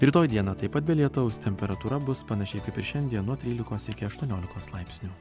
rytoj dieną taip pat be lietaus temperatūra bus panašiai kaip ir šiandien nuo trylikos iki aštuoniolikos laipsnių